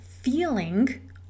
feeling